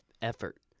Effort